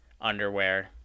underwear